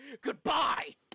Goodbye